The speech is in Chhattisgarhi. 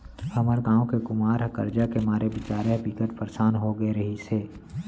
हमर गांव के कुमार ह करजा के मारे बिचारा ह बिकट परसान हो गे रिहिस हे